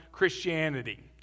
Christianity